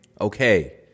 Okay